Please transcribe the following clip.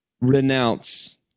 renounce